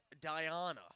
Diana